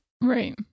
right